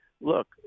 look